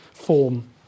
form